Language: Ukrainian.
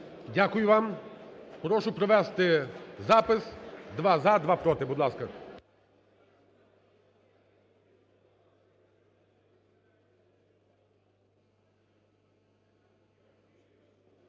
Дякую вам. Прошу провести запис: два – за, два – проти. Будь ласка.